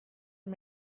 and